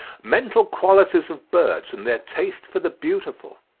mental qualities of birds, and their taste for the beautiful.